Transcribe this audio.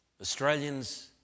Australians